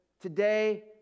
today